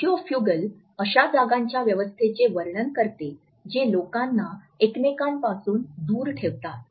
sociofugal अशा जागांच्या व्यवस्थेचे वर्णन करते जे लोकांना एकमेकांपासून दूर ठेवतात